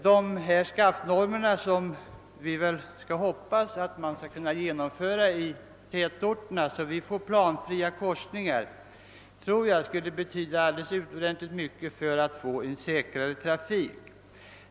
Vi hoppas att man skall kunna införa sådana normer i tätorterna att vi får planskilda korsningar — jag tror det skulle betyda utomordentligt mycket för en säkrare trafik.